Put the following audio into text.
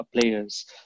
players